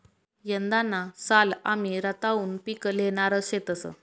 यंदाना साल आमी रताउनं पिक ल्हेणार शेतंस